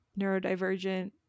neurodivergent